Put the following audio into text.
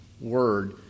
word